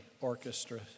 orchestra